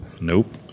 Nope